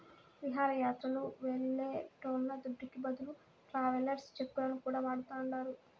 విహారయాత్రలు వెళ్లేటోళ్ల దుడ్డుకి బదులు ట్రావెలర్స్ చెక్కులను కూడా వాడతాండారు